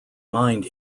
mined